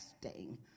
testing